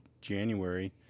january